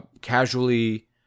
casually